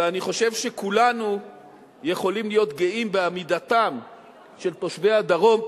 ואני חושב שכולנו יכולים להיות גאים בעמידתם של תושבי הדרום,